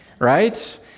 right